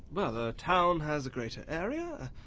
well, a town has a greater area